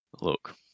look